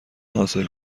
حاصل